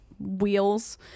Wheels